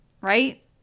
right